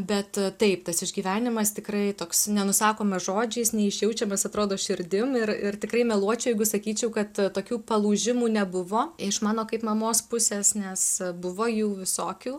bet taip tas išgyvenimas tikrai toks nenusakomas žodžiais neišjaučiamas atrodo širdim ir ir tikrai meluočiau jeigu sakyčiau kad tokių palūžimų nebuvo iš mano kaip mamos pusės nes buvo jų visokių